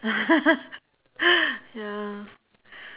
ya